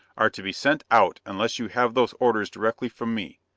are to be sent out unless you have those orders directly from me.